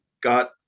got